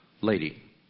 lady